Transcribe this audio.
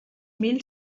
mil